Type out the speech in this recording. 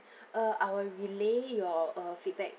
err I will relay your uh feedback